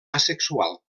asexual